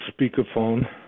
speakerphone